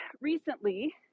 recently